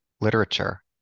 literature